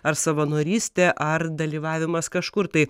ar savanorystė ar dalyvavimas kažkur tai